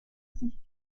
sich